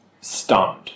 Stunned